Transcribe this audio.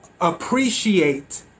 appreciate